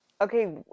Okay